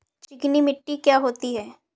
चिकनी मिट्टी क्या होती है?